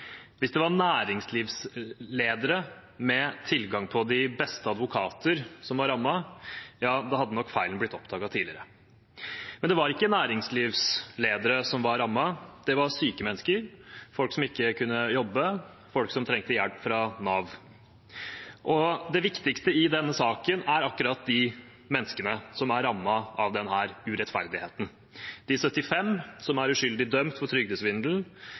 Hvis det var næringslivsledere med tilgang på de beste advokater som var rammet, ja da hadde nok feilen blitt oppdaget tidligere. Men det var ikke næringslivsledere som var rammet. Det var syke mennesker. Folk som ikke kunne jobbe. Folk som trengte hjelp fra Nav. Det viktigste i denne saken er akkurat de menneskene som er rammet av denne urettferdigheten – de 75 som er uskyldig dømt for